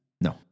No